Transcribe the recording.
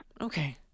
okay